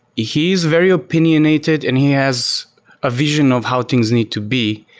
he's very opinionated and he has a vision of how things need to be.